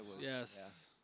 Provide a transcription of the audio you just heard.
yes